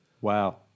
Wow